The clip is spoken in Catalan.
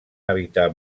habitar